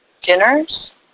dinners